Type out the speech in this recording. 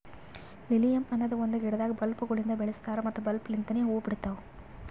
lilium ಅನದ್ ಒಂದು ಗಿಡದಾಗ್ ಬಲ್ಬ್ ಗೊಳಿಂದ್ ಬೆಳಸ್ತಾರ್ ಮತ್ತ ಬಲ್ಬ್ ಲಿಂತನೆ ಹೂವು ಬಿಡ್ತಾವ್